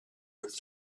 with